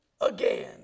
again